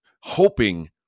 hoping